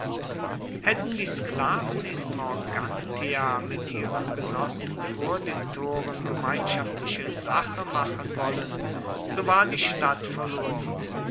hätten die sklaven in morgantia mit ihren genossen vor den toren gemeinschaftliche sache machen wollen so war die stadt verloren